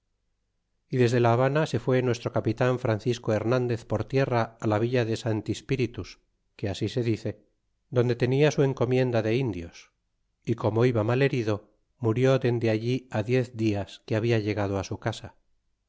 y desde la habana se fué nuestro capitan francisco flernandez por tierra la villa de santispíritus que así se dice donde tenia su encomienda de indios y como iba mal herido murió dende allí diez dias que habla llegado su casa